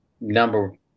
number